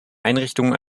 einrichtung